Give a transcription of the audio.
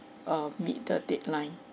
uh meet the deadline